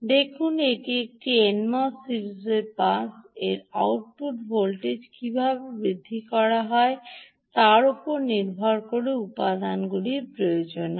দেখুন এটি একটি এনএমওএস সিরিজের পাস এই আউটপুট ভোল্টেজ কীভাবে বৃদ্ধি বা হ্রাস হয় তার উপর নির্ভর করে উপাদানগুলির প্রয়োজন হয়